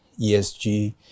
ESG